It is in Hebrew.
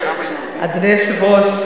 אדוני היושב-ראש,